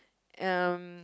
and